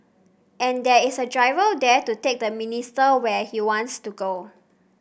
and there is a driver there to take the minister where he wants to go